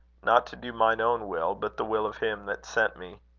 not to do mine own will, but the will of him that sent me.